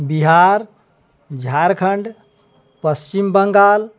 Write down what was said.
Bihar Jharkhand Paschim Bengal